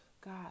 God